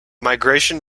migration